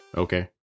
Okay